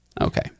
okay